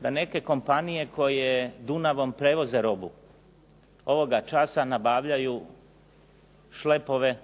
da neke kompanije koje Dunavom prevoze robu, ovoga časa nabavljaju šlepove